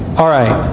alright,